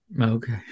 Okay